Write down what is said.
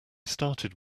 started